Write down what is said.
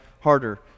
harder